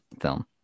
film